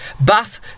Bath